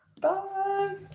Bye